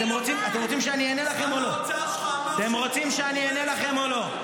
אתם רוצים שאני אענה לכם או לא?